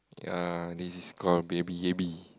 ya this is call baby yabby